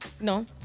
No